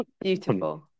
beautiful